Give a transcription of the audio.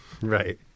Right